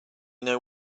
know